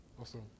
Awesome